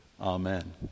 Amen